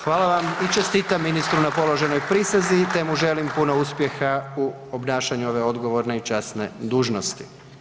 Hvala vam i čestitam ministru na položenoj prisezi te mu želim puno uspjeha u obnašanju ove odgovorne i časne dužnosti.